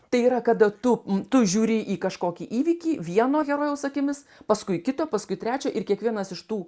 tai yra kada tu tu žiūri į kažkokį įvykį vieno herojaus akimis paskui kito paskui trečio ir kiekvienas iš tų